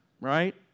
right